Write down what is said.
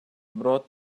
brought